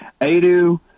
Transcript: Adu